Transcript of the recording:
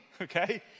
okay